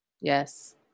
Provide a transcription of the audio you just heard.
yes